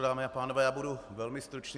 Dámy a pánové, budu velmi stručný.